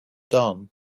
done